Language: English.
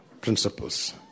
principles